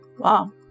Wow